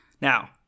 Now